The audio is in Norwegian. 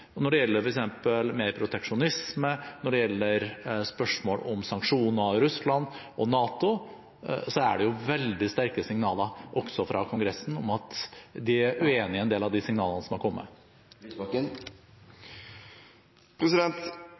Når det gjelder f.eks. mer proteksjonisme, når det gjelder spørsmål om sanksjoner, Russland og NATO, er det veldig sterke signaler også fra Kongressen om at de er uenig i en del av de signalene som har kommet.